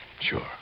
Sure